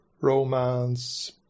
romance